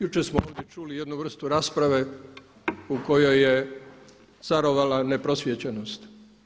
Jučer smo ovdje čuli jednu vrstu rasprave u kojoj je carovala neprosvijećenost.